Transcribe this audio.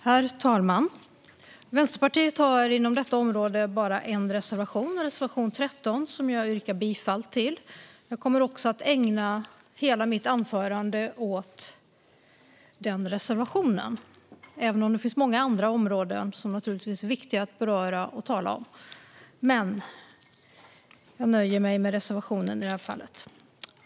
Herr talman! Vänsterpartiet har inom detta område bara en reservation, reservation 13, som jag yrkar bifall till. Jag kommer också att ägna hela mitt anförande åt denna reservation, även om det naturligtvis finns många andra områden som är viktiga att tala om. Men jag nöjer mig alltså med att tala om reservationen.